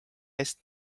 eest